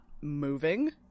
moving